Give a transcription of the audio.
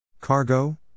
Cargo